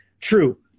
true